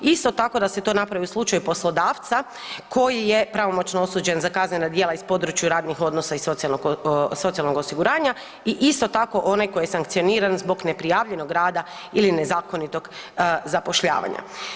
Isto tako da se to napravi u slučaju poslodavca koji je pravomoćno osuđen za kaznena djela iz područja radnih odnosa i socijalnog osiguranja i isto tako onaj koji je sankcioniran zbog neprijavljenog rada ili nezakonitog zapošljavanja.